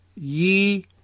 ye